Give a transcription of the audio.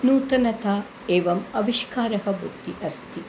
नूतनता एवम् आविष्कारः बुद्धिः अस्ति